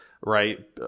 Right